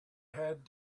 had